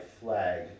flag